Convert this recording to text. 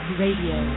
radio